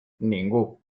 ningú